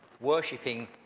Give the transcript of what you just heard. worshipping